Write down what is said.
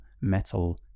metal